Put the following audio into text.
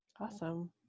Awesome